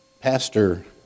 Pastor